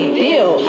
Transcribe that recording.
deal